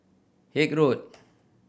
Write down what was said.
Haig Road